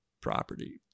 property